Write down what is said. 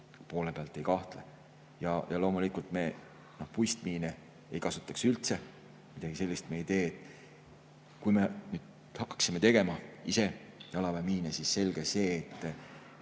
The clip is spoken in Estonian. puhul ei kahtle. Loomulikult, me puistemiine ei kasutaks üldse, midagi sellist me ei teeks. Kui me hakkaksime tegema ise jalaväemiine, siis selge see, et